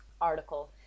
article